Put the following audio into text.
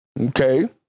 Okay